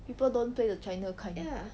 people don't play the china kind